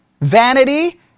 vanity